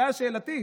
אבל שאלה שאלתית.